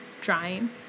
drying